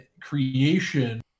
creation